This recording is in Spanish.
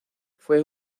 fue